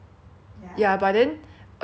already 有戴那个口罩啊